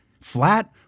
flat